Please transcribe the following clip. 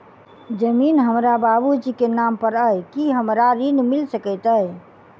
जमीन हमरा बाबूजी केँ नाम पर अई की हमरा ऋण मिल सकैत अई?